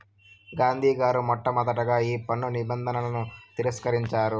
గాంధీ గారు మొట్టమొదటగా ఈ పన్ను నిబంధనలను తిరస్కరించారు